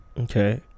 Okay